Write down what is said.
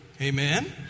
Amen